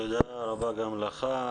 תודה רבה גם לך.